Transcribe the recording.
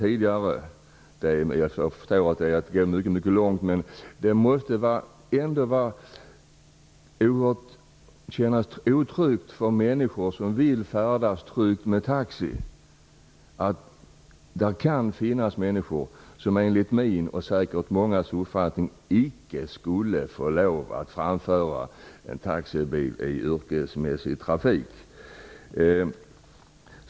Jag förstår att det skulle vara att gå mycket långt. Men det måste kännas otryggt för människor som vill färdas tryggt med taxi att veta att det kan finnas chaufförer som enligt min och många andras uppfattning icke borde få lov att framföra en taxibil i yrkesmässig trafik.